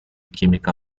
chimica